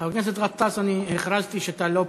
חבר הכנסת גטאס, אני הכרזתי שאתה לא פה.